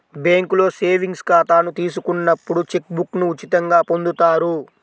బ్యేంకులో సేవింగ్స్ ఖాతాను తీసుకున్నప్పుడు చెక్ బుక్ను ఉచితంగా పొందుతారు